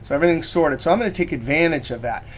so, everything's sorted. so, i'm gonna take advantage of that.